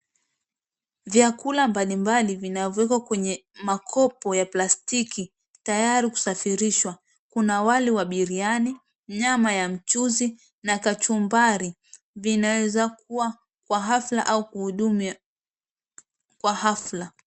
Vyakula mbalimbali vinavyowekwa kwenye makopo ya plastiki tayari kusafirishwa. Kuna wali wa biriani, nyama ya mchuzi na kachumbari. Vinaeza kuwa kwa hafla